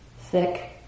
thick